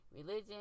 religion